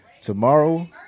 Tomorrow